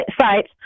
sites